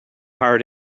heart